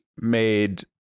Made